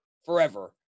forever